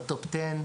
ב-top ten,